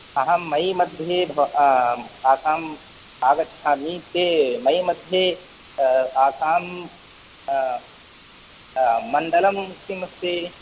अहं मै मध्ये भव आसाम् आगच्छामि ते मै मध्ये आसाम् मण्डलं किम् अस्ति